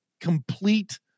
complete